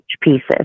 pieces